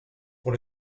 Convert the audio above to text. pour